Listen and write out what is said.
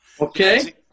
Okay